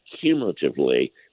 cumulatively